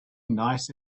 nice